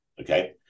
Okay